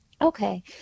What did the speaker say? okay